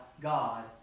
God